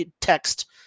text